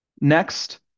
next